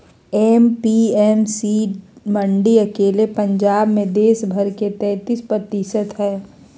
APMC मंडी अकेले पंजाब मे देश भर के तेतीस प्रतिशत हई